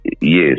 Yes